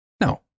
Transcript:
No